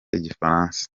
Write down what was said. igifaransa